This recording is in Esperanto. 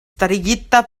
starigita